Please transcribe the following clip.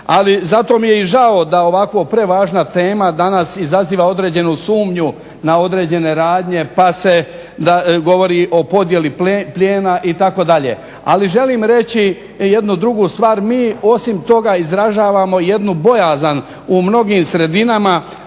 Ali zato mi je i žao da ovako prevažna tema danas izaziva određenu sumnju na određene radnje pa se govori o podijeli plijena itd. Ali želim reći jednu drugu stvar, mi osim toga izražavamo jednu bojazan u mnogim sredinama